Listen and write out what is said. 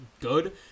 good